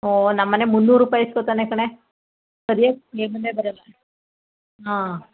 ಓ ನಮ್ಮ ಮನೆ ಮುನ್ನೂರು ರೂಪಾಯಿ ಇಸ್ಕೋತಾನೆ ಕಣೇ ಸರ್ಯಾಗಿ ಕೇಬಲ್ಲೇ ಬರಲ್ಲ ಹಾಂ